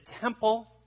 temple